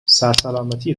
سرسلامتی